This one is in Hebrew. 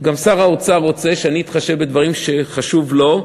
גם שר האוצר רוצה שאני אתחשב בדברים שחשובים לו,